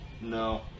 No